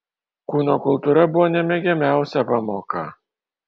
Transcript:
kūno kultūra buvo nemėgiamiausia pamoka